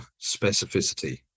specificity